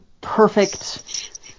perfect